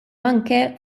anke